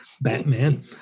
Batman